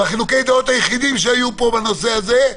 חילוקי הדעות היחידים שהיו בנושא הזה,